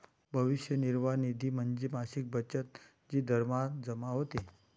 भविष्य निर्वाह निधी म्हणजे मासिक बचत जी दरमहा जमा होते